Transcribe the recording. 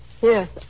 Yes